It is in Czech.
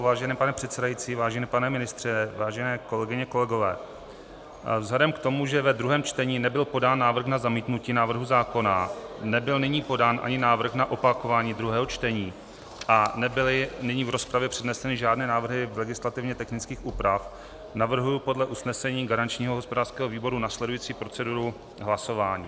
Vážený pane předsedající, vážený pane ministře, vážené kolegyně, kolegové, vzhledem k tomu, že ve druhém čtení nebyl podán návrh na zamítnutí návrhu zákona, nebyl nyní podán ani návrh na opakování druhého čtení a nebyly nyní v rozpravě předneseny žádné návrhy legislativně technických úprav, navrhuji podle usnesení garančního hospodářského výboru následující proceduru hlasování.